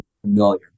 familiar